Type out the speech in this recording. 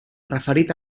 referit